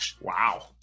Wow